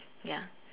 ya